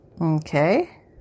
Okay